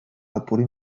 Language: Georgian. ალპური